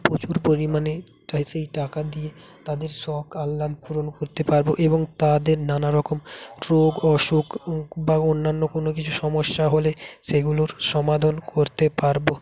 প্রচুর পরিমাণে তাই সেই টাকা দিয়ে তাদের শখ আহ্লাদ পূরণ করতে পারবো এবং তাদের নানা রকম রোগ অসুখ বা অন্যান্য কোনো কিছু সমস্যা হলে সেগুলোর সমাধান করতে পারবো